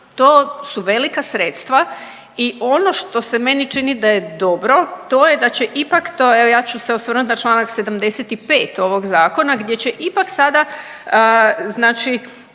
To su velika sredstva. I ono što se meni čini da je dobro to je da će ipak, evo ja ću se osvrnuti na članak 75. ovog Zakona, gdje će ipak sada znači